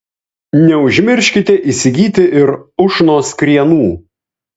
neužmirškite įsigyti ir ušnos krienų